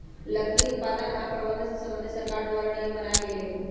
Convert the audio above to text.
लकड़ी उत्पादन आऽ प्रबंधन से संबंधित सरकार द्वारा नियम बनाएल गेल हइ